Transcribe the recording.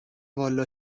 والا